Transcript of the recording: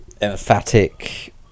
emphatic